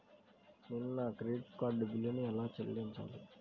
నేను నా credit card బిల్లును ఎలా చెల్లించాలీ?